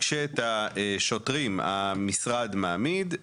כשאת השוטרים המשרד מעמיד,